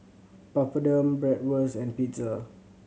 Papadum Bratwurst and Pizza